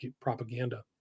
propaganda